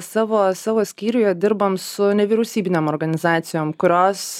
savo savo skyriuje dirbam su nevyriausybinėm organizacijom kurios